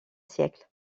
siècles